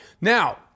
Now